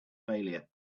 failure